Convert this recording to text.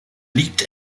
liegt